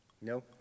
no